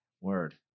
Word